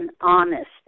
honest